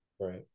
right